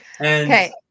Okay